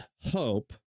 hope